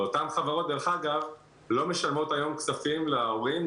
ודרך אגב אותן חברות לא משלמות היום כספים להורים,